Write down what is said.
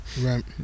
right